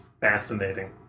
fascinating